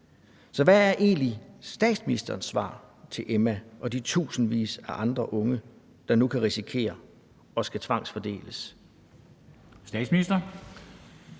nu. Hvad er egentlig statsministerens svar til Emma og de tusindvis af andre unge, der nu kan risikere at skulle tvangsfordeles?